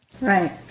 Right